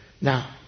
Now